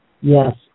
Yes